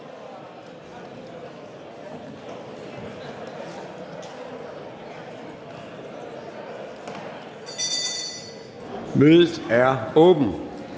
Mødet er åbnet.